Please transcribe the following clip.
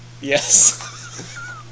Yes